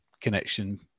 connection